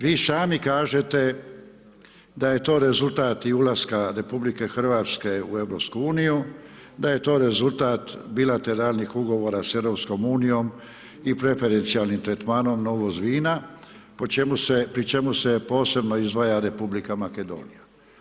Vi sami kažete da je to rezultat i ulaska RH u EU, da je to rezultat bilateralnih ugovora sa EU-om i preferencijalnim tretmanom na uvoz vina pri čemu se posebno izdvaja Republika Makedonija.